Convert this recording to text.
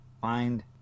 find